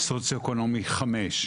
סוציואקונומי חמש,